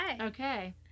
Okay